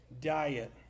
Diet